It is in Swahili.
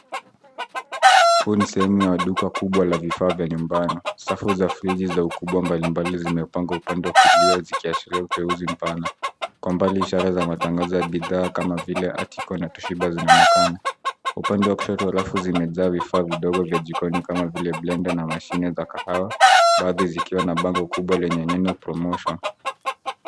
Huu ni sehemu ya duka kubwa la vifaa vya nyumbani. Safu za friji za ukubwa mbalimbali zimepangwa upande wa kulia zikiashiria uteuzi mpana. Kwa mbali ishara za Matangazo ya bidhaa kama vile Article na Toshiba zinaonekana. Upande wa kushoto wa rafu zimejaa vifaa vidogo vya jikoni kama vile blender na mashine za kahawa, baadhi zikiwa na bango kubwa lenye neno Promotion .